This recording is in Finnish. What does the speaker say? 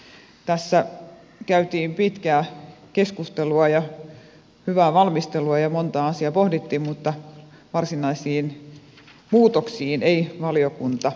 tässä käytiin pitkää keskustelua ja hyvää valmistelua ja montaa asiaa pohdittiin mutta varsinaisiin muutoksiin ei valiokunta juurikaan lähtenyt